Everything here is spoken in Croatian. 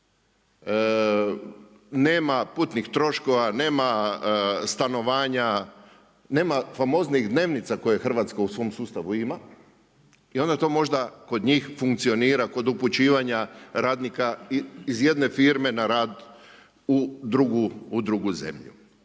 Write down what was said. nema putnih troškova, nema stanovanja, nema famoznih dnevnica koje Hrvatska u svom sustavu ima i onda to možda kod njih funkcionira, kod upućivanja radnika iz jedne firme na rad u drugu zemlju.